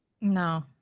No